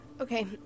Okay